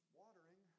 watering